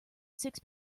six